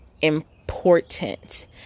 important